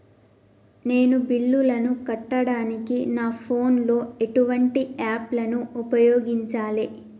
నేను బిల్లులను కట్టడానికి నా ఫోన్ లో ఎటువంటి యాప్ లను ఉపయోగించాలే?